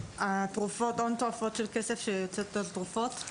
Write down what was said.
התרופות, הון התועפות של כסף שהוצאתי על תרופות,